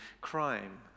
crime